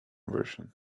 version